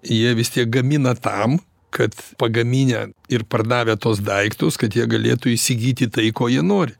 jie vis tiek gamina tam kad pagaminę ir pardavę tuos daiktus kad jie galėtų įsigyti tai ko jie nori